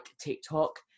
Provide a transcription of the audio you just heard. tiktok